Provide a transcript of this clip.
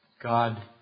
God